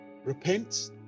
repent